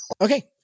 Okay